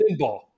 pinball